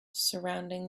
surrounding